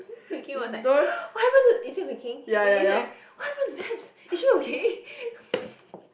Hui-King was like what happen to is it Hui-King it is right what happen to Debs is she okay